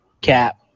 Cap